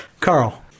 Carl